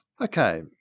Okay